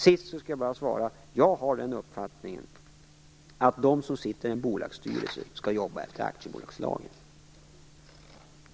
Sist skall jag bara svara: Jag har den uppfattningen att de som sitter i en bolagsstyrelse skall jobba enligt aktiebolagslagen.